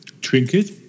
trinket